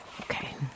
Okay